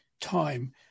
time